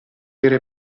vere